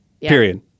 Period